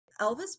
Elvis